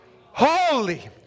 Holy